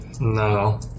No